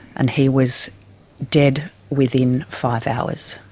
and he was dead within five hours.